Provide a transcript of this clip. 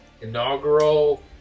inaugural